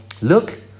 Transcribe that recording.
look